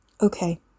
Okay